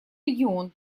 регион